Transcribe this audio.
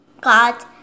God